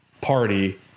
party